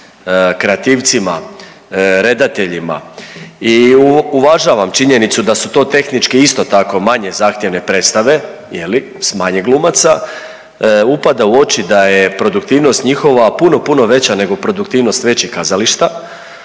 kreativcima, redateljima. I uvažavam činjenicu da su to tehnički isto tako manje zahtjevne predstave je li s manje glumaca. Upada u oči da je produktivnost njihova puno, puno veća nego produktivnost većih kazališta